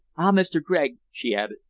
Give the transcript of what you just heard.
ah! mr. gregg, she added,